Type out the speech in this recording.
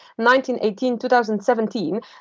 1918-2017